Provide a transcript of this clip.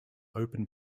open